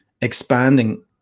expanding